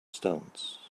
stones